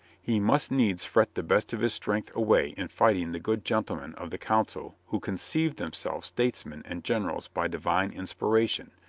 he must needs fret the best of his strength away in fighting the good gentlemen of the council who conceived themselves statesmen and generals by divine inspiration,